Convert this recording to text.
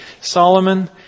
Solomon